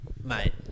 mate